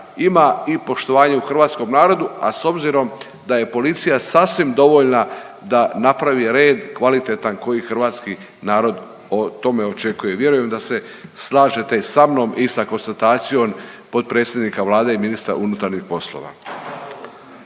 ima i poštovanju hrvatskom narodu, a s obzirom da je policija sasvim dovoljna da napravi red kvalitetan koji hrvatski narod o tome očekuje. Vjerujem da se slažete i sa mnom i sa konstatacijom potpredsjednika Vlade i ministra unutarnjih poslova.